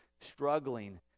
struggling